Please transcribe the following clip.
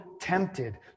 tempted